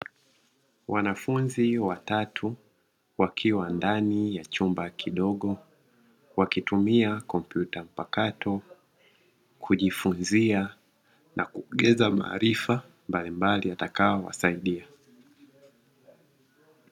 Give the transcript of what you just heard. Wanafunzi watatu wakiwa ndani ya chumba kidogo, wakitumia kompyuta mpakato kujifunzia na kuongeza maarifa mbalimbali yatakayowasaidia.